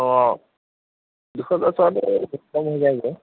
অ দুশ দহ টকাকৈ